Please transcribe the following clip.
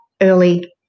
early